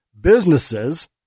businesses